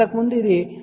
2 dB